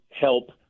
help